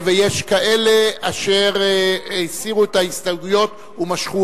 ויש כאלה אשר הסירו את ההסתייגויות ומשכו